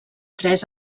tres